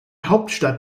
hauptstadt